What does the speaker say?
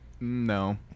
no